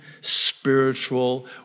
spiritual